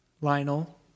Lionel